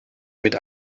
mit